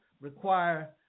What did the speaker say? require